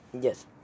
Yes